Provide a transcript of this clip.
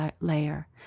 layer